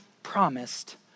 promised